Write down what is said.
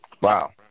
Wow